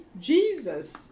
Jesus